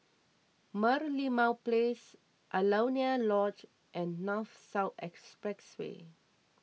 Merlimau Place Alaunia Lodge and North South Expressway